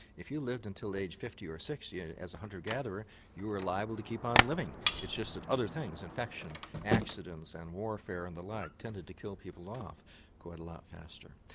if you lived until age fifty or sixty and as a hunter gatherer you were liable to keep on living, it's just that other things, infection, accidents, and warfare and the like tended to kill people off quite a lot faster.